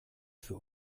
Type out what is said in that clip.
für